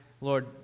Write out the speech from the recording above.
Lord